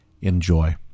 Enjoy